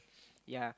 yeah